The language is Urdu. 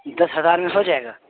دس ہزار میں ہو جائے گا